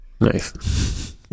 Nice